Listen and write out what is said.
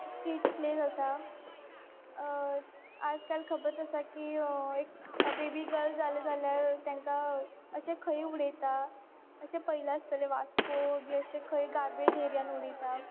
skeet play जाता आज काल सांगत आसा की एक बेबी गल जालें जाल्यार तांकां अशें खंयी उडयता अशें पयलां आसतलें वास्को बी अशें खंयी गारबेज एरियान उडयता